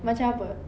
macam apa